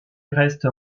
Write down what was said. reste